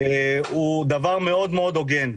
הוא דבר מאוד הוגן,